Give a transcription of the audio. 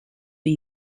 the